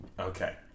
okay